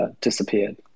disappeared